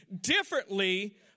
differently